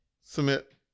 submit